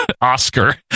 Oscar